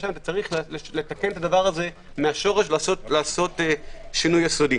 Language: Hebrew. אלא צריך לתקן את הדבר מהשורש לעשות שינוי יסודי.